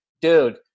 dude